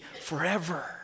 forever